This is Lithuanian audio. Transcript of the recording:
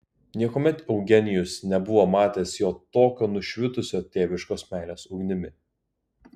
niekuomet eugenijus nebuvo matęs jo tokio nušvitusio tėviškos meilės ugnimi